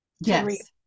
Yes